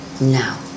now